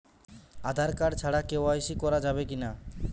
Aadhaar card ছাড়া KYC করা যাবে কি না?